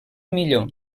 millor